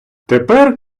тепер